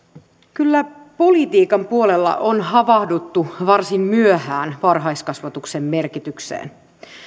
kyllä politiikan puolella on havahduttu varsin myöhään varhaiskasvatuksen merkitykseen